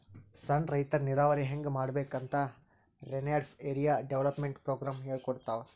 ಸಣ್ಣ್ ರೈತರ್ ನೀರಾವರಿ ಹೆಂಗ್ ಮಾಡ್ಬೇಕ್ ಅಂತ್ ರೇನ್ಫೆಡ್ ಏರಿಯಾ ಡೆವಲಪ್ಮೆಂಟ್ ಪ್ರೋಗ್ರಾಮ್ ಹೇಳ್ಕೊಡ್ತಾದ್